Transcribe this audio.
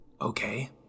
Okay